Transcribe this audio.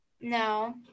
No